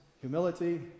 humility